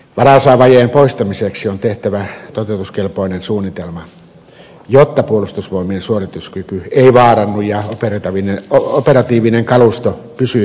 varaosavajeen poistamiseksi on tehtävä toteutuskelpoinen suunnitelma jotta puolustusvoimien suorituskyky ei vaarannu ja operatiivinen kalusto pysyy toimintakunnossa